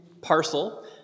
parcel